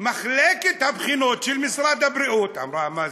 מחלקת הבחינות של משרד הבריאות אמרה: מה,